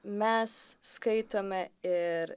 mes skaitome ir